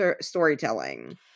storytelling